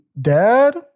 dad